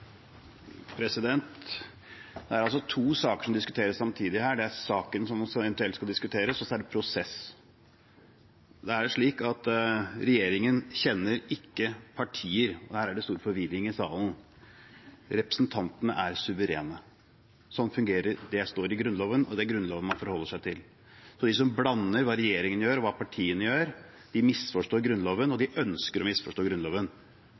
er saken som eventuelt skal diskuteres, og så er det prosess. Det er slik at regjeringen kjenner ikke partier – og her er det stor forvirring i salen – representantene er suverene. Sånn fungerer det, det står i Grunnloven, og det er Grunnloven man forholder seg til. Så de som blander hva regjeringen gjør, og hva partiene gjør, de misforstår Grunnloven, og de ønsker å misforstå Grunnloven.